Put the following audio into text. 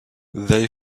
they